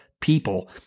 people